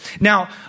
Now